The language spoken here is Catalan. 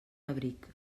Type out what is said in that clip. abric